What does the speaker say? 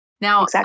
Now